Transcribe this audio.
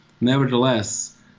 nevertheless